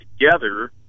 together